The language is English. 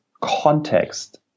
context